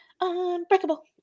Unbreakable